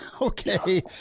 okay